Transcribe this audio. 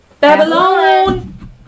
Babylon